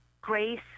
Grace